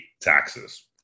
taxes